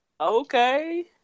Okay